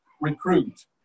recruit